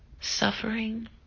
suffering